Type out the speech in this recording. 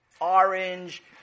orange